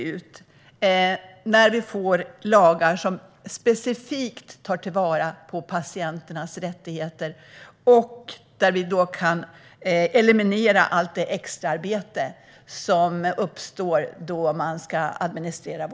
Kan vi få lagar som specifikt tar till vara patienternas rättigheter och som kan eliminera allt det extraarbete som uppstår när vårdköer ska administreras?